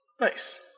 Nice